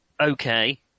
Okay